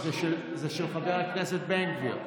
זה של חבר הכנסת בן גביר.